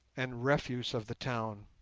and refuse of the town.